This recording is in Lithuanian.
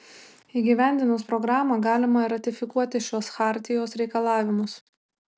įgyvendinus programą galima ratifikuoti šiuos chartijos reikalavimus